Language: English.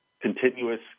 continuous